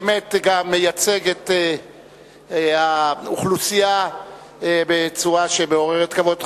שבאמת גם מייצג את האוכלוסייה בצורה מעוררת כבוד.